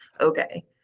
okay